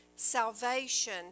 salvation